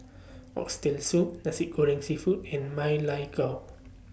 Oxtail Soup Nasi Goreng Seafood and Ma Lai Gao